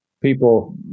people